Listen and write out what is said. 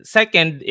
second